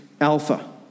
Alpha